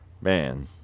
man